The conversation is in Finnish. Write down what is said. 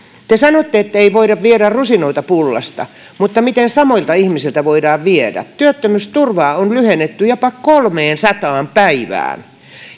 te sanotte ettei voida viedä rusinoita pullasta mutta miten samoilta ihmisiltä voidaan viedä työttömyysturvaa on lyhennetty jopa kolmeensataan päivään